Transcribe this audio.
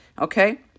okay